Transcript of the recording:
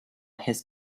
his